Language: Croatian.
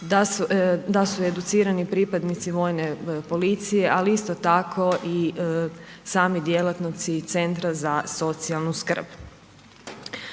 da su educirani pripadnici vojne policije, ali isto tako i sami djelatnici centra za socijalnu skrb.